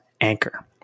Anchor